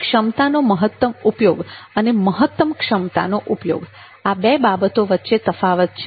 ક્ષમતાનો મહત્તમ ઉપયોગ અને મહત્તમ ક્ષમતાનો ઉપયોગ આ બે બાબતો વચ્ચે તફાવત છે